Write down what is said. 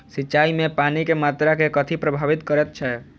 सिंचाई मे पानि केँ मात्रा केँ कथी प्रभावित करैत छै?